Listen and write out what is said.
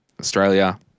Australia